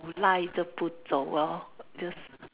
赖着不走：lai zhe bu zou lor just